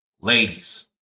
ladies